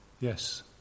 Yes